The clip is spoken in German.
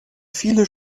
viele